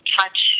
touch